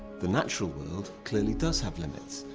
the natural world clearly does have limits.